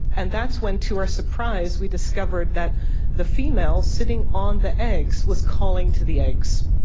and that's when, to our surprise, we discovered that the females sitting on the eggs was calling to the eggs,